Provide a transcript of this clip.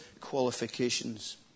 qualifications